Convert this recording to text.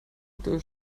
aktuelle